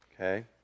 Okay